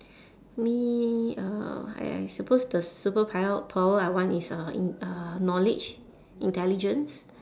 me uh I I suppose the superpower power I want is uh in~ uh knowledge intelligence